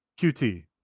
QT